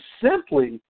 simply